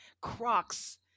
Crocs